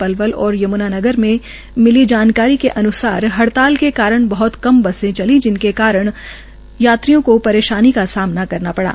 पलवल और यमुनानगर से मिली जानकारी के अन्सार हड़ताल के कारण बहत कम बसे चली जिस कारण यात्रियों की परेशानी का सामना करना पड़ा